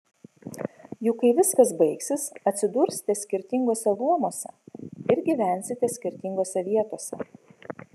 juk kai viskas baigsis atsidursite skirtinguose luomuose ir gyvensite skirtingose vietose